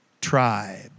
tribe